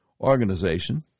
organization